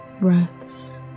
breaths